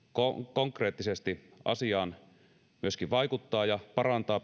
konkreettisesti asiaan myöskin vaikuttaa ja parantaa